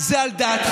זה על דעתך?